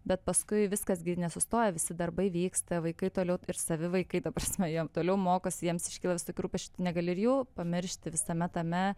bet paskui viskas gi nesustoja visi darbai vyksta vaikai toliau ir savi vaikai ta prasme jiem toliau mokosi jiems iškyla vis rūpesčių tu negali ir jų pamiršti visame tame